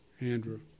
Andrew